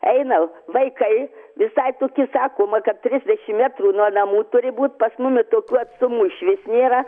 eina vaikai visai tokie sakoma kad trisdešim metrų nuo namų turi būt pas mumi tokių atstumų išvis nėra